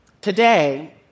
Today